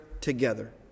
together